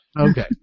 Okay